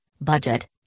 budget